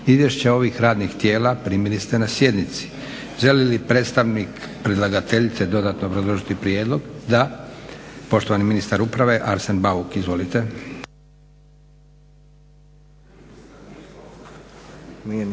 Izvješća ovih radnih tijela primili ste na sjednici. Želi li predstavnik predlagateljice dodatno obrazložiti prijedlog? Da. Poštovani ministar uprave Arsen Bauk. Izvolite.